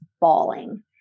bawling